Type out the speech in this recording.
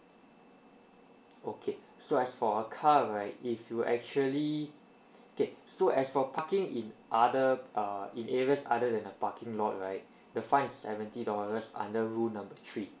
okay so as for a car right if you actually okay so as for parking in other err in areas other than a parking lot right the fine seventy dollars under rule number three